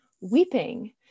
weeping